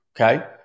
okay